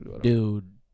Dude